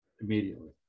immediately